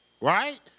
right